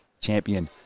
champion